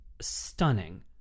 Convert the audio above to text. stunning